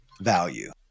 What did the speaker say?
value